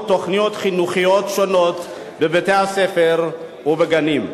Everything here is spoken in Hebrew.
תוכניות חינוכיות שונות בבתי-הספר ובגנים.